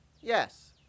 Yes